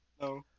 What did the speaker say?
No